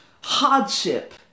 hardship